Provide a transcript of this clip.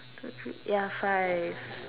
two three ya five